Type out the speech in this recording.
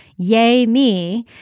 yay me.